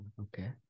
Okay